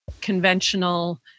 conventional